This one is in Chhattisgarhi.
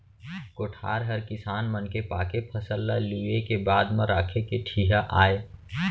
कोठार हर किसान मन के पाके फसल ल लूए के बाद म राखे के ठिहा आय